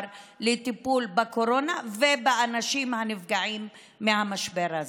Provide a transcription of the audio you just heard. לטיפול בקורונה ובאנשים הנפגעים מהמשבר הזה.